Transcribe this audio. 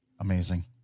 Amazing